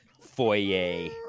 foyer